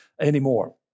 anymore